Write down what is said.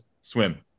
swim